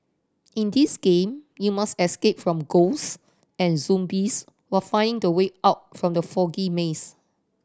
in this game you must escape from ghosts and zombies while finding the way out from the foggy maze